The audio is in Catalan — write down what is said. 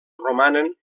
romanen